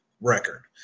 record